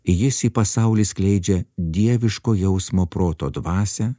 jis į pasaulį skleidžia dieviško jausmo proto dvasią